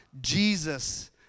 Jesus